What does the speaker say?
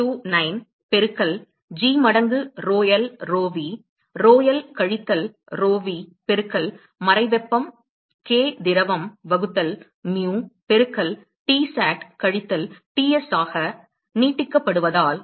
729 பெருக்கல் g மடங்கு rho l rho v rho l கழித்தல் rho v பெருக்கல் மறை வெப்பம் k திரவம் வகுத்தல் mu பெருக்கல் Tsat கழித்தல் Ts ஆக நீட்டிக்கப்படுவதால்